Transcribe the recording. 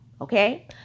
Okay